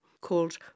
called